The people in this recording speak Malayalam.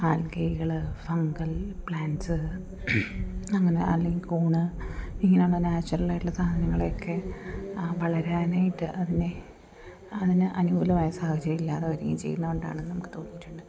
ആൽഗൈകൾ ഫംഗൽ പ്ലാൻസ് അങ്ങനെ അല്ലെങ്കിൽ കൂൺ ഇങ്ങനെയുള്ള നാച്ചുറലായിട്ടുള്ള സാധനങ്ങളൊക്കെ വളരാനായിട്ട് അതിനെ അതിന് അനുകൂലമായ സാഹചര്യമില്ലാതെ വരികയും ചെയ്യുന്നത് കൊണ്ടാണ് നമുക്ക് തോന്നിയിട്ടുണ്ട്